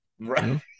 Right